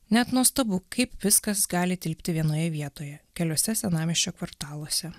net nuostabu kaip viskas gali tilpti vienoje vietoje keliose senamiesčio kvartaluose